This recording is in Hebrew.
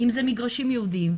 אם זה מגרשים ייעודיים,